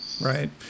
Right